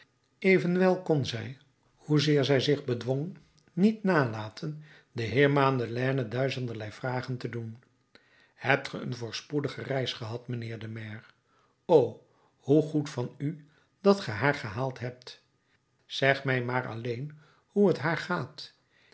evenwel kon zij hoezeer zij zich bedwong niet nalaten den heer madeleine duizenderlei vragen te doen hebt ge een voorspoedige reis gehad mijnheer de maire o hoe goed van u dat ge haar gehaald hebt zeg mij maar alleen hoe t haar gaat